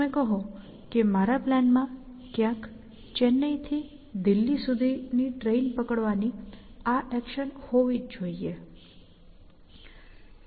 તમે કહો કે મારા પ્લાનમાં ક્યાંક ચેન્નઈથી દિલ્હી સુધીની ટ્રેન પકડવાની આ એક્શન હોવી જ જોઇએ